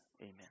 amen